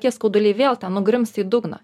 tie skauduliai vėl ten nugrims į dugną